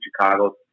Chicago